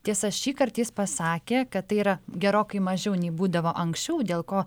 tiesa šįkart jis pasakė kad tai yra gerokai mažiau nei būdavo anksčiau dėl ko